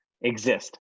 exist